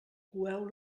coeu